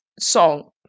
song